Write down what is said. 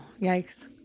yikes